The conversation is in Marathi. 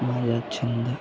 माझ्यात छंद